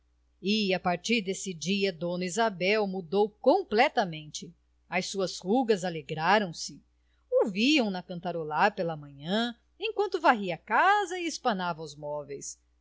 a partir desse dia dona isabel mudou completamente as suas rugas alegraram se ouviam na cantarolar pela manhã enquanto varria a casa e espanava os móveis